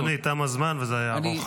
אדוני, תם הזמן, וזה היה ארוך.